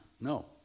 No